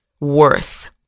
worth